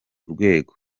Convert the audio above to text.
rwego